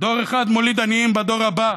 דור אחד מוליד עניים בדור הבא.